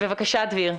בבקשה, דביר.